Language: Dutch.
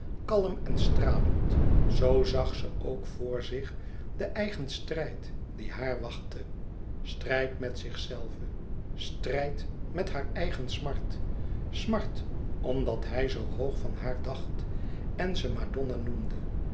kalm en stralend zoo zag ze ook voor zich den eigen strijd die haar wachtte strijd met zich-zelve strijd met haar eigen smart smart omdat hij zoo hoog van haar dacht en ze madonna noemde